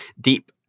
Deep